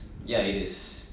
ya it is